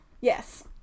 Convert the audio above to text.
Yes